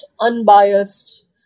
unbiased